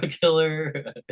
killer